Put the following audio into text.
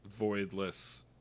voidless